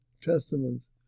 Testaments